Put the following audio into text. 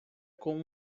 com